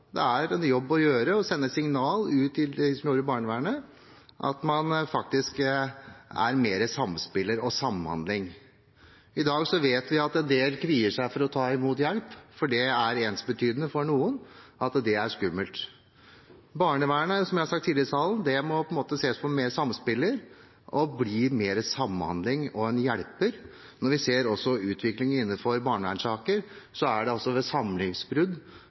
det er en jobb å gjøre med å sende signal til dem som jobber i barnevernet, om at man faktisk må samspille og samhandle bedre. I dag vet vi at en del kvier seg for å ta imot hjelp, for det er for noen ensbetydende med noe skummelt. Barnevernet, som jeg har sagt tidligere, må i større grad ses på som en medspiller og i større grad bli en samhandler og en hjelper. Når vi ser utviklingen innenfor barnevernssaker, er det ved